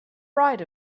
right